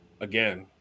again